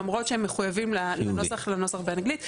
למרות שהם מחויבים לנוסח באנגלית.